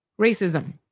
racism